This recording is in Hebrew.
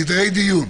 סדרי דיון,